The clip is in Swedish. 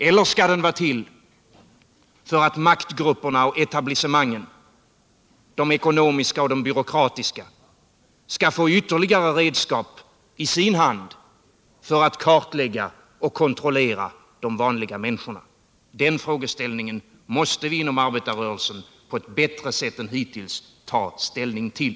Eller skall den bara vara till för att maktgrupperna och etablissemangen — de ekonomiska och de byråkratiska — skall få ytterligare redskap i sin hand för att kartlägga och kontrollera de vanliga människorna? De frågorna måste vi inom arbetarrörelsen på ett bättre sätt än hittills ta ställning till.